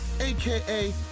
aka